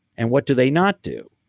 and what do they not do.